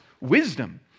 wisdom